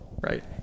Right